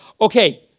Okay